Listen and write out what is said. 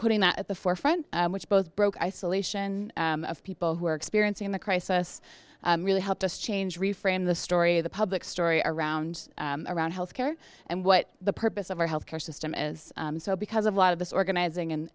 putting that at the forefront which both broke isolation of people who are experiencing the crisis really helped us change reframe the story the public story around around health care and what the purpose of our health care system is so because of a lot of this organizing